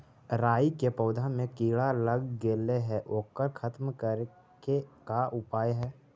राई के पौधा में किड़ा लग गेले हे ओकर खत्म करे के का उपाय है?